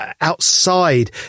outside